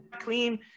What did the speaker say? clean